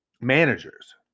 managers